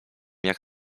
jak